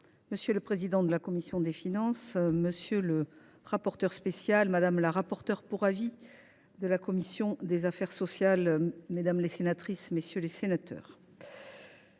monsieur le président de la commission des finances, monsieur le rapporteur spécial, madame la rapporteure pour avis de la commission des affaires sociales, mesdames, messieurs les sénateurs,